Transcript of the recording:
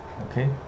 Okay